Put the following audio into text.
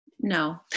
No